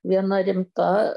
viena rimta